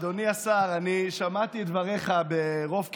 אדוני השר, אני שמעתי את דבריך ברוב קשב,